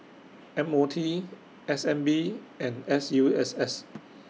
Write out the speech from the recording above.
M O T S N B and S U S S